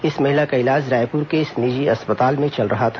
इस महिला का इलाज रायपुर के एक निजी अस्पताल में चल रहा था